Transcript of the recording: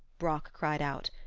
brock cried out.